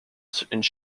shops